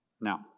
Now